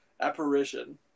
apparition